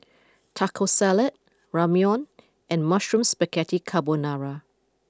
Taco Salad Ramyeon and Mushroom Spaghetti Carbonara